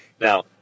now